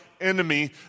enemy